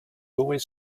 always